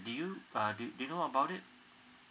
do you uh do you know about it